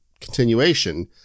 continuation